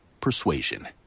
persuasion